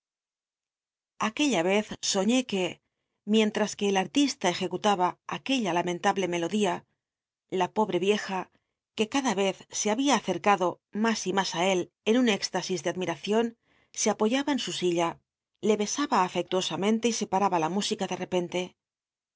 aquella yez soñé que mientras que el al'tista ejecutaba aquella lamen table melodía la pobrc y ieja c uc cada i'cz se había acercado mas y mas á él en un éxtasis de adm iracion se apoyaba en su silla le besaba afectuosamente y se paraba la música de repente